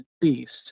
Beast